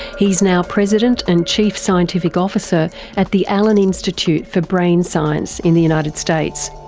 he's now president and chief scientific officer at the allen institute for brain science in the united states.